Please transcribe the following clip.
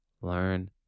learn